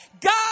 God